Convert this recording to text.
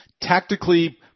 tactically